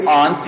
on